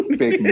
big